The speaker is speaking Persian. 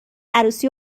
عروسی